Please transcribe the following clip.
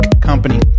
Company